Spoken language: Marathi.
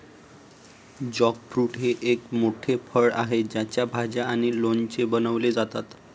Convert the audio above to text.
जॅकफ्रूट हे एक मोठे फळ आहे ज्याच्या भाज्या आणि लोणचे बनवले जातात